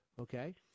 okay